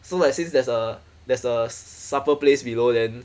so like since there's a there's a supper place below then